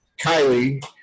Kylie